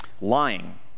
lying